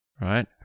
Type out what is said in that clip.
right